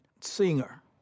singer